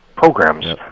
programs